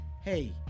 hey